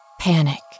Panic